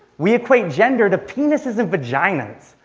we equate gender to penises and vaginas.